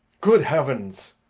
good heavens!